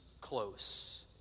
close